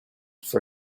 for